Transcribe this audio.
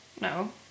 No